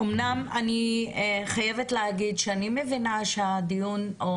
אני חייבת להגיד שאני מבינה שהדיון או